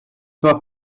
mae